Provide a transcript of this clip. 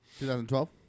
2012